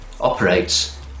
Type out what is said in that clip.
operates